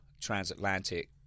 transatlantic